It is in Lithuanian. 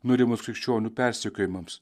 nurimus krikščionių persekiojimams